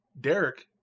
Derek